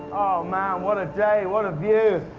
man, what a day! what a view!